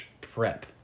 prep